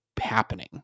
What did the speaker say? happening